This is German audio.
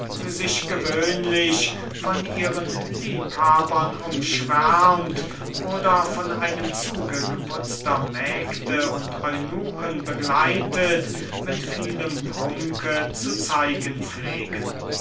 sich gewöhnlich von ihren liebhabern umschwärmt oder von einem zuge geputzter mägde und eunuchen begleitet mit vielem prunke zu zeigen pflegen